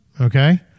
Okay